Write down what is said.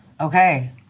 Okay